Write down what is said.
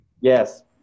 yes